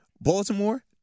Baltimore